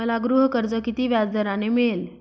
मला गृहकर्ज किती व्याजदराने मिळेल?